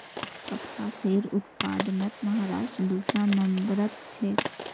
कपासेर उत्पादनत महाराष्ट्र दूसरा नंबरत छेक